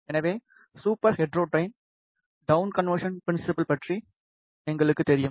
எனவே super heterodyne down conversion principle பற்றி எங்களுக்குத் தெரியும்